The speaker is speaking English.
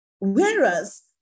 Whereas